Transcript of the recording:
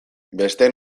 besteen